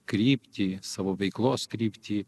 kryptį savo veiklos kryptį